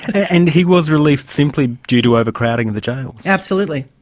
and he was released simply due to overcrowding in the jails? absolutely.